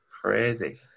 crazy